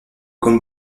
comme